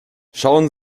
schauen